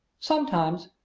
sometimes.